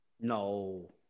No